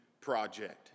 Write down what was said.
project